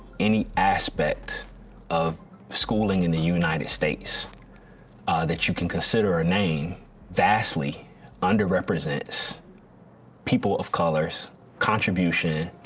any aspect of schooling in the united states that you can consider our name vastly underrepresent people of colors' contribution,